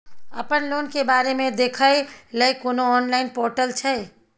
अपन लोन के बारे मे देखै लय कोनो ऑनलाइन र्पोटल छै?